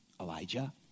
Elijah